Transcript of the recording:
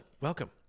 welcome